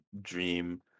dream